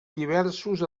diversos